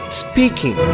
speaking